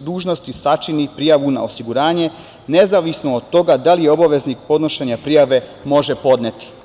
dužnosti sačini prijavu na osiguranje, nezavisno od toga da li je obaveznik podnošenja prijave može podneti.